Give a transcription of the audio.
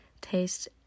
taste